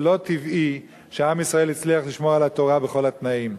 זה לא טבעי שעם ישראל הצליח לשמור על התורה בכל התנאים.